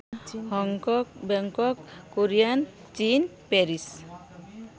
Hong Kong Bangkok Korean ᱪᱤᱱ Paris